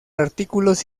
artículos